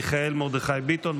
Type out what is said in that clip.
מיכאל מרדכי ביטון,